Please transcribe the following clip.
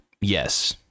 Yes